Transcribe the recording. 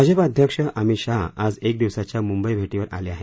भाजपा अध्यक्ष अमित शहा आज एक दिवसाच्या मुंबई भेटीवर आले आहेत